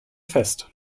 fest